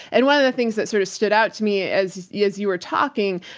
and one of the things that sort of stood out to me as yeah as you were talking,